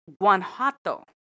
Guanajuato